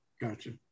Gotcha